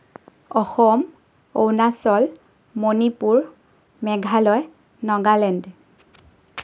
Assam Arunachal Manipur Meghalaya Nagaland